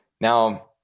Now